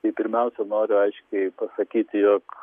tai pirmiausia noriu aiškiai pasakyti jog